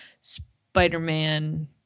Spider-Man